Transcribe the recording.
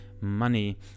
money